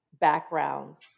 backgrounds